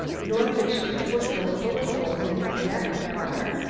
nor could she have put those bullet holes into the back of the car.